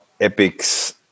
Epics